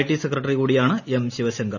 T secretary കൂടിയാണ് M Sivasankar